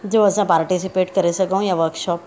जो असां पार्टिसिपेट करे सघूं या वर्कशॉप